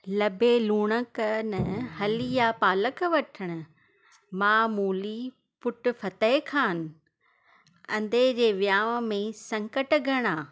लभे लूणक न हली आ पालक वठण माउ मूली पुटु फ़तैह ख़ान अंधे जे वियाउं में संकट घणा